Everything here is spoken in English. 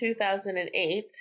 2008